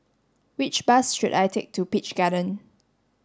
which bus should I take to Peach Garden